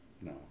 No